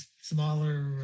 smaller